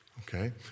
Okay